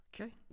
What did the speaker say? Okay